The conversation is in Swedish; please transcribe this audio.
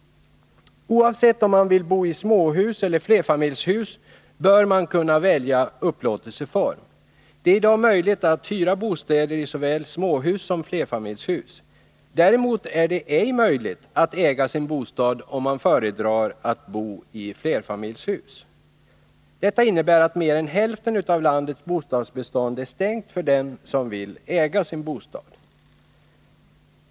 Oavsett om man vill bo i småhus eller flerfamiljshus, bör man kunna välja upplåtelseform. Det är i dag möjligt att hyra bostäder i såväl småhus som flerfamiljshus. Däremot är det ej möjligt att äga sin bostad om man föredrar att bo i flerfamiljshus. Detta innebär att mer än hälften av landets bostadsbestånd är stängt för dem som vill äga sin bostad.